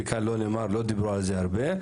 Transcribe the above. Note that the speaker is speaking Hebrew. וכאן לא דיברו על זה הרבה.